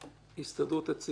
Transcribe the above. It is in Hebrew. ההסתדרות הציונית?